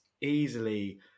easily